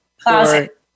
Closet